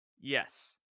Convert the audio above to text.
Yes